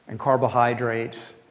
and carbohydrates,